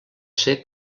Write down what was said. ser